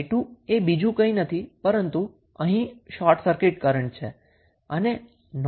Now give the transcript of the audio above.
કારણ કે 𝑖2 એ બીજું કંઈ નથી પરંતુ અહીં શોર્ટ સર્કિટ છે અને નોર્ટન કરન્ટ પણ આ જ છે